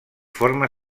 forma